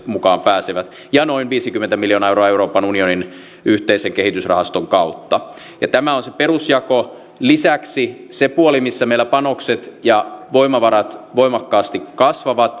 mukaan pääsevät ja noin viisikymmentä miljoonaa euroa euroopan unionin yhteisen kehitysrahaston kautta tämä on se perusjako lisäksi sillä puolella missä meillä panokset ja voimavarat voimakkaasti kasvavat